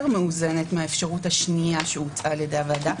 מאוזנת מהאפשרות השנייה שהוצעה על ידי הוועדה,